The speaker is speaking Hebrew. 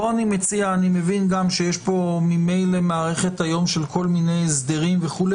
אני מבין שיש פה ממילא מערכת היום של כל מיני הסדרים וכו'.